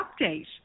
update